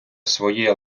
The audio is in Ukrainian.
своє